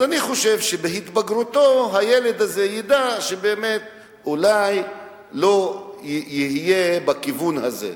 אני חושב שבהתבגרותו הילד הזה ידע ואולי הוא לא יהיה בכיוון הזה.